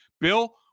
Bill